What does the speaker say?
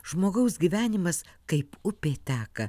žmogaus gyvenimas kaip upė teka